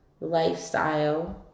lifestyle